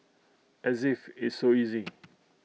as if it's so easy